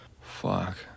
Fuck